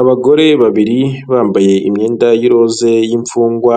Abagore babiri bambaye imyenda y'iroze y'imfungwa